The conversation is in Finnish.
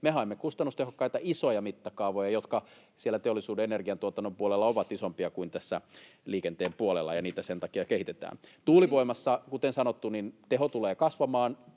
Me haemme kustannustehokkaita, isoja mittakaavoja, jotka siellä teollisuuden energiantuotannon puolella ovat isompia kuin tässä liikenteen puolella, ja niitä sen takia kehitetään. Tuulivoimassa, kuten sanottu, teho tulee kasvamaan.